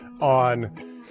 on